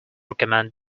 recommend